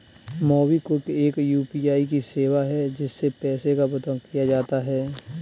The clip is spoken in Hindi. मोबिक्विक एक यू.पी.आई की सेवा है, जिससे पैसे का भुगतान किया जाता है